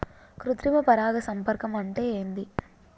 కృత్రిమ పరాగ సంపర్కం అంటే ఏంది?